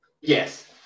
Yes